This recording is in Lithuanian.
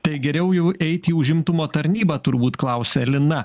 tai geriau jau eiti į užimtumo tarnybą turbūt klausia lina